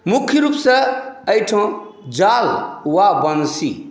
मुख्य रूपसँ एहिठाम जाल वा वँशी